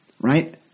right